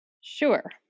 Sure